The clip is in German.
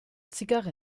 zigarre